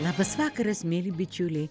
labas vakaras mieli bičiuliai